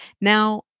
Now